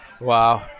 Wow